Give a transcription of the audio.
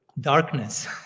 darkness